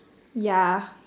ya